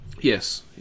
Yes